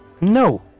No